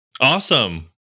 Awesome